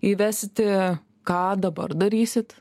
įvesti ką dabar darysit